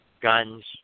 guns